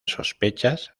sospechas